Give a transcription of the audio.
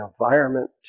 environment